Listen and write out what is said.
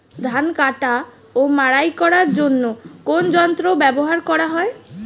ধান কাটা ও মাড়াই করার জন্য কোন যন্ত্র ব্যবহার করা হয়?